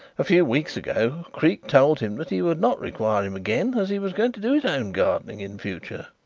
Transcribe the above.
a few weeks ago creake told him that he would not require him again as he was going to do his own gardening in future.